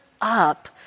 up